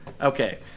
Okay